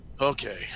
Okay